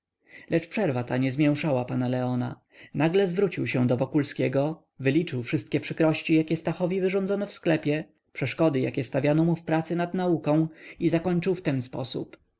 ta nie zmięszała pana leona nagle zwrócił się do wokulskiego wyliczył wszystkie przykrości jakie stachowi wyrządzano w sklepie przeszkody jakie stawiano mu w pracy nad nauką i zakończył w ten sposób